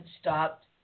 stopped